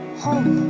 home